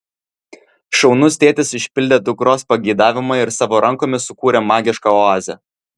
šaunus tėtis išpildė dukros pageidavimą ir savo rankomis sukūrė magišką oazę